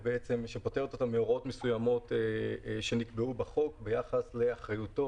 מהוראות מסוימות שנקבעו בחוק ביחס לאחריותו